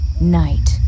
Night